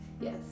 Yes